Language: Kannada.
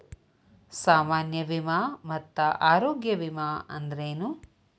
ಸಾಮಾನ್ಯ ವಿಮಾ ಮತ್ತ ಆರೋಗ್ಯ ವಿಮಾ ಅಂದ್ರೇನು?